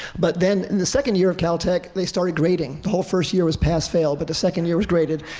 but then, in the second year of caltech, they started grading. the whole first year was pass fail, but the second year was graded.